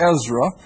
Ezra